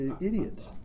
Idiots